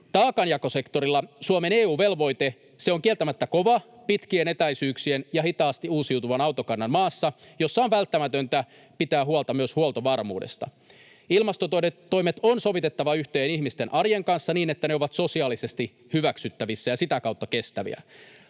Taakanjakosektorilla Suomen EU-velvoite, se on kieltämättä kova pitkien etäisyyksien ja hitaasti uusiutuvan autokannan maassa, jossa on välttämätöntä pitää huolta myös huoltovarmuudesta. Ilmastotoimet on sovitettava yhteen ihmisten arjen kanssa niin, että ne ovat sosiaalisesti hyväksyttävissä ja sitä kautta kestäviä.